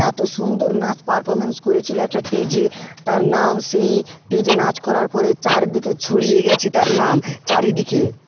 এতো সুন্দর নাচ পারফমেন্স করেছিলো একটা স্টেজে তার নাম সেই স্টেজে নাচ করার পরে চারদিকে ছড়িয়ে গেছে তার নাম চারিদিকে